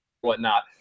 whatnot